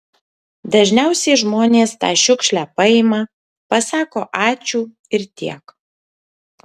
dažniausiai žmonės tą šiukšlę paima pasako ačiū ir tiek